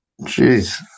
Jeez